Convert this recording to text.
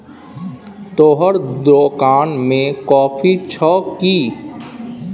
तोहर दोकान मे कॉफी छह कि?